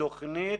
תכנית